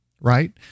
right